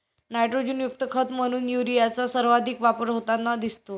नायट्रोजनयुक्त खत म्हणून युरियाचा सर्वाधिक वापर होताना दिसतो